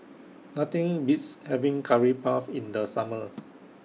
Nothing Beats having Curry Puff in The Summer